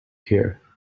here